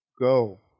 Go